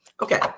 okay